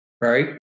Right